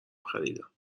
خریدم